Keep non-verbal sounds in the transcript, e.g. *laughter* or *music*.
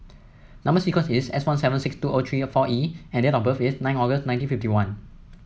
number sequence is S one seven six two O three *unintelligible* four E and date of birth is nine August nineteen fifty one